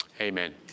Amen